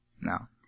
Now